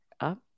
up